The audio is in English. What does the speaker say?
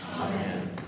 Amen